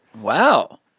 Wow